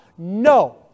No